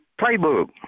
playbook